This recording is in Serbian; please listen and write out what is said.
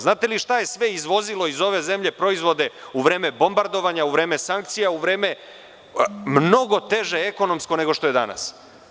Znate li šta je se sve izvozilo iz ove zemlje u vreme bombardovanja, u vreme sankcija, u mnogo teže ekonomsko vreme, nego što je danas?